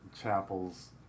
chapels